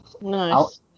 Nice